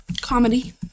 comedy